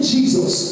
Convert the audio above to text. Jesus